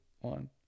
one